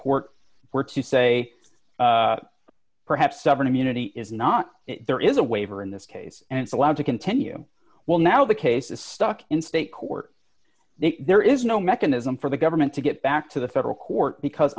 court were to say perhaps seven immunity is not there is a waiver in this case and it's allowed to continue well now the case is stuck in state court there is no mechanism for the government to get back to the federal court because